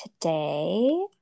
today